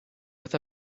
with